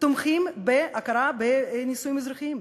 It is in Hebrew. תומכים בהכרה בנישואים אזרחיים,